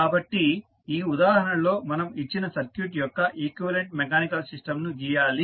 కాబట్టి ఈ ఉదాహరణలో మనం ఇచ్చిన సర్క్యూట్ యొక్క ఈక్వివలెంట్ మెకానికల్ సిస్టంను గీయాలి